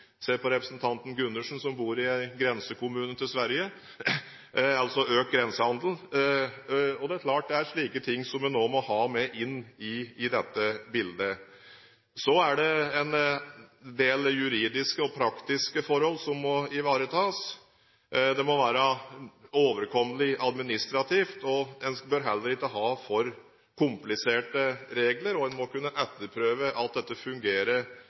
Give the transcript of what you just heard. ser på representanten Gundersen som bor i en grensekommune til Sverige – altså økt grensehandel. Det er klart det er slike ting man også må ha med inn i dette bildet. Så er det en del juridiske og praktiske forhold som må ivaretas. Det må være overkommelig administrativt, en bør heller ikke ha for kompliserte regler, og en må kunne etterprøve at dette fungerer